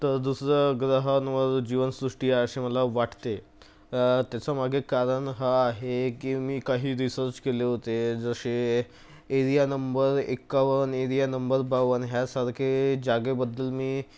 तर दुसऱ्या ग्रहांवर जीवन सृष्टी आहे असे मला वाटते त्याच्या मागे कारण हे आहे की मी काही रिसर्च केले होते जसे एरिया नंबर एक्कावन एरिया नंबर बावन यासारख्या जागेबद्दल मी